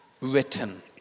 written